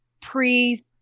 pre